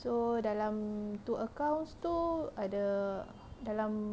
so dalam two account tu ada dalam